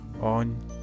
on